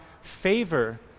favor